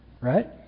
Right